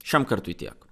šiam kartui tiek